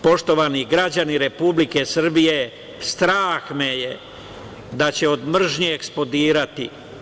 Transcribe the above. Poštovani građani Republike Srbije, strah me je da će od mržnje eksplodirati.